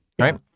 Right